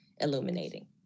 illuminating